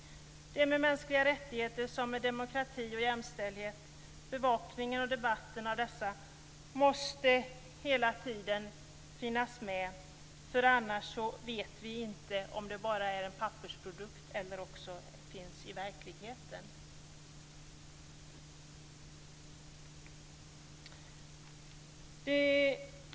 Det är med mänskliga rättigheter som med demokrati och jämställdhet. Bevakningen och debatten av dessa måste hela tiden finnas med. Annars vet vi inte om det bara är en pappersprodukt eller om det också finns i verkligheten.